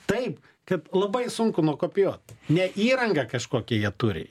taip kad labai sunku nukopijuot ne įrangą kažkokią jie turi